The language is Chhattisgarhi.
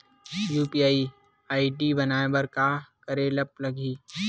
यू.पी.आई आई.डी बनाये बर का करे ल लगही?